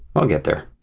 i'll get there.